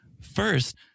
first